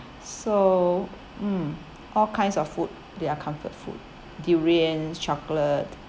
so mm all kinds of food they are comfort food durians chocolate